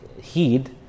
heed